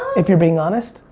if you're being honest?